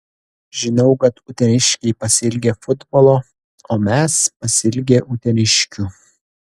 žinau kad uteniškiai pasiilgę futbolo o mes pasiilgę uteniškių